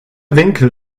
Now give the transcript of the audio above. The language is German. winkel